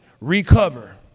Recover